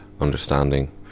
understanding